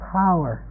power